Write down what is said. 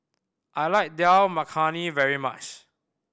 I like Dal Makhani very much